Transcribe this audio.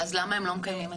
אז למה הם לא מקיימים את זה?